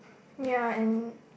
ya and